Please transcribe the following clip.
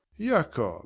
jacob